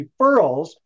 referrals